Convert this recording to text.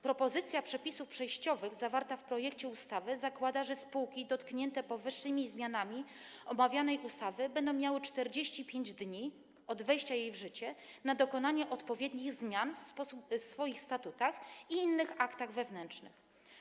Propozycja przepisów przejściowych zawarta w projekcie ustawy zakłada, że spółki dotknięte powyższymi zmianami omawianej ustawy będą miały 45 dni od jej wejścia w życie na dokonanie odpowiednich zmian w swoich statutach i innych aktach wewnętrznych.